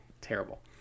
Terrible